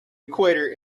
equator